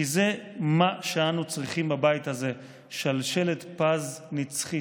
כי זה מה שאנו צריכים בבית הזה: שלשלת פז נצחית.